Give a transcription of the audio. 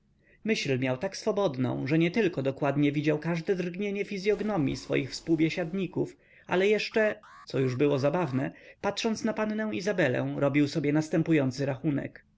miał tak swobodną że nietylko dokładnie widział każde drgnienie fizyognomij swoich współbiesiadników ale jeszcze co już było zabawne patrząc na pannę izabelę robił sobie następujący rachunek